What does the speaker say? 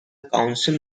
council